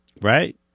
Right